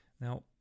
Now